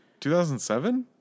2007